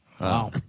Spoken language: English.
Wow